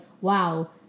wow